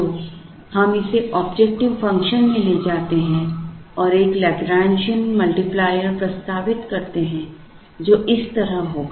तो हम इसे ऑब्जेक्टिव फंक्शन में ले जाते हैं और एक लैग्रैन्जियन मल्टीप्लायरों प्रस्तावित करते हैं जो इस तरह होगा